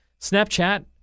Snapchat